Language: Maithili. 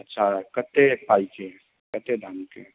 अच्छा कते पाइके कते दामके